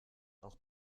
auch